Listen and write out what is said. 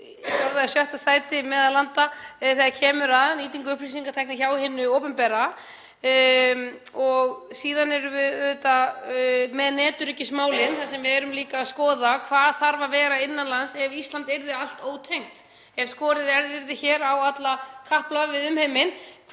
og sjötta sæti meðal landa þegar kemur að nýtingu upplýsingatækni hjá hinu opinbera. Síðan erum við auðvitað með netöryggismálin þar sem við erum líka að skoða hvað þarf að vera innan lands ef Ísland yrði allt ótengt, ef skorið yrði hér á alla kapla við umheiminn,